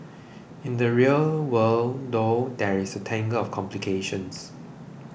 in the real world though there's a tangle of complications